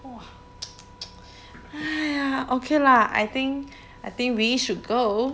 !wah! !haiya! okay lah I think I think we should go